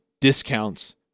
discounts